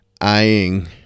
eyeing